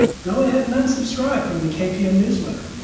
go ahead and unsubscribe from the kpo newsletter.